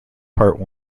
part